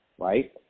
right